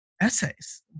essays